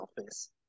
office